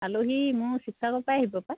আলহী মোৰ শিৱসাগৰৰপৰা আহিব পায়